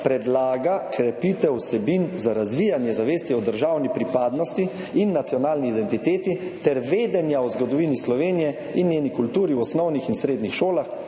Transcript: predlaga krepitev vsebin za razvijanje zavesti o državni pripadnosti in nacionalni identiteti ter vedenja o zgodovini Slovenije in njeni kulturi v osnovnih in srednjih šolah,